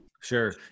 Sure